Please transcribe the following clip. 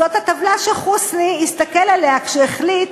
זאת הטבלה שחוסני הסתכל עליה כשהוא החליט